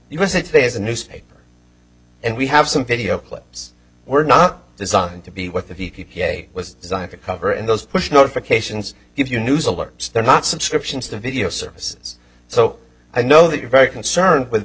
usa today is a newspaper and we have some video clips were not designed to be what the v p p s a was designed to cover in those push notifications give you news alerts they're not subscriptions to video services so i know that you're very concerned with